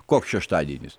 koks šeštadienis